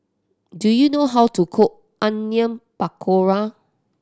do you know how to cook Onion Pakora